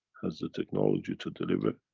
has the technology to deliver,